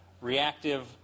reactive